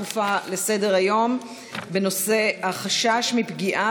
הצעות דחופות לסדר-היום בנושא: החשש מפגיעה